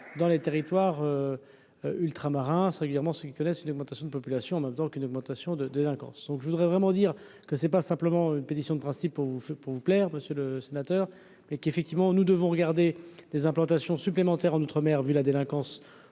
dans les territoires ultramarins régulièrement ceux qui connaissent une augmentation de population en même temps qu'une augmentation de délinquance, donc je voudrais vraiment dire que c'est pas simplement une pétition de principe au fait pour vous plaire, monsieur le sénateur, et qu'effectivement nous devons regarder des implantations supplémentaires en mer, vu la délinquance